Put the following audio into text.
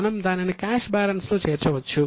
మనం దానిని cash balance అవుట్స్లో చేర్చవచ్చు